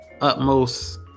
utmost